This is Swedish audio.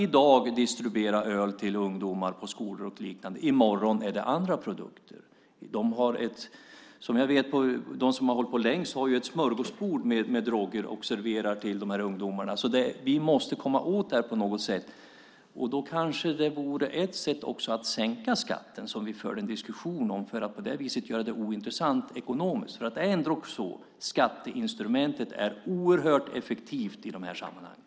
I dag distribuerar de öl till ungdomar på skolor och liknande. I morgon är det andra produkter. De som har hållit på längst har ett smörgåsbord med droger att servera till ungdomarna. Vi måste komma åt detta på något sätt. Då kanske ett sätt vore att sänka den skatt vi diskuterar för att på så sätt göra det ointressant ekonomiskt. Skatteinstrumentet är oerhört effektivt i de här sammanhangen.